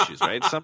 right